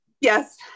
Yes